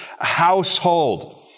household